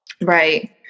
Right